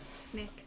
Snake